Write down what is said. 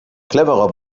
cleverer